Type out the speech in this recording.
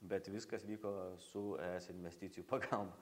bet viskas vyko su es investicijų pagalb